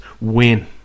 win